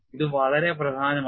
ഇത് വളരെ പ്രധാനമാണ്